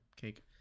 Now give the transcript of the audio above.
cake